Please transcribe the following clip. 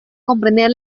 comprender